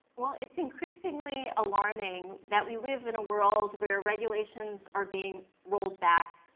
well, it's increasingly alarming that we live in a world where regulations are being rolled back.